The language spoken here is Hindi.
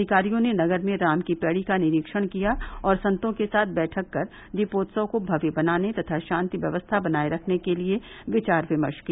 अधिकारियों ने नगर में राम की पैढ़ी का निरीक्षण किया और संतों के साथ बैठक कर दीपोत्सव को भव्य बनाने तथा शान्ति व्यवस्था बनाये रखने के लिये विचार विमर्श किया